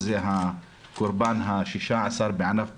זה הקורבן ה-16 בענף הבניין,